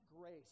grace